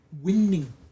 Winning